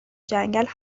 جنگل